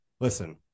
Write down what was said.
listen